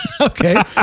Okay